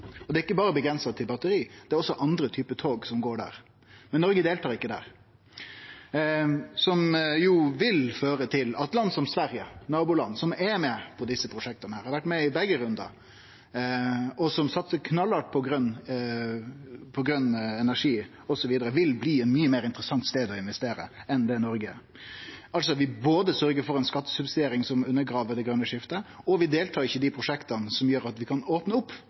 Det er ikkje berre avgrensa til batteri, det er også andre typar «tog» som går der. Men Noreg deltek ikkje der, noko som vil føre til at land som Sverige – eit naboland, som er med på desse prosjekta, har vore med i begge rundane og satsar knallhardt på grøn energi osv. – vil bli ein mykje meir interessant stad å investere enn det Noreg er. Vi sørgjer altså for både ei skattesubsidiering som undergrev det grøne skiftet, og vi deltek ikkje i dei prosjekta som gjer at vi kan opne opp